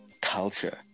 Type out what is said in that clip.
culture